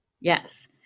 Yes